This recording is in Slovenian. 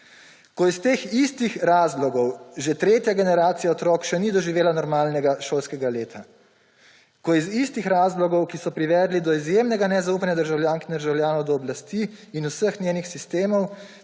Ko iz teh istih razlogov že tretja generacija otrok še ni doživela normalnega šolskega leta. Ko iz istih razlogov, ki so privedli do izjemnega nezaupanja državljank in državljanov do oblasti in vseh njenih sistemov,